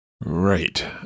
Right